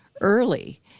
early